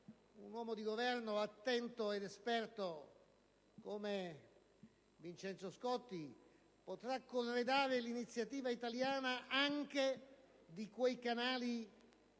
un uomo di Governo attento ed esperto come Vincenzo Scotti potrà corredare l'iniziativa italiana anche di quei canali non